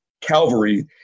Calvary